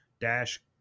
dash